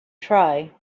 try